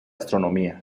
astronomía